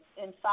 inside